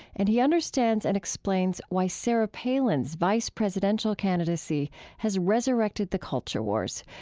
and he understands and explains why sarah palin's vice presidential candidacy has resurrected the culture wars,